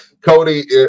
Cody